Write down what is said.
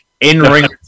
in-ring